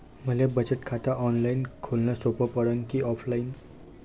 मले बचत खात ऑनलाईन खोलन सोपं पडन की ऑफलाईन?